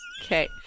Okay